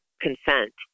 consent